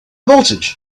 voltage